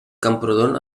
camprodon